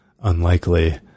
unlikely